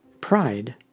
Pride